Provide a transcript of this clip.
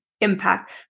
impact